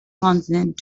consonant